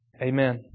Amen